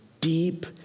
deep